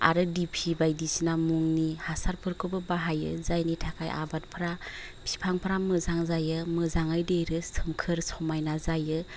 आरो बिपि बायदिसिना मुंनि हासारफोरखौबो बाहायो जायनि थाखाय आबादफ्रा बिफांफ्रा मोजां जायो मोजाङै देरो सोमखोर समायना जायो